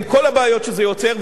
עם כל הבעיות שזה יוצר,